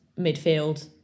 midfield